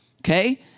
okay